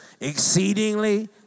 exceedingly